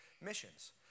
missions